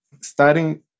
starting